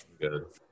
Good